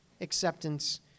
acceptance